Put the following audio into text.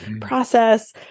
process